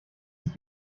dich